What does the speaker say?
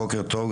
בוקר טוב.